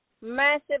massive